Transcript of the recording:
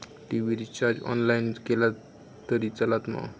TV recharge online केला तरी चलात मा?